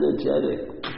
energetic